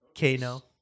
Kano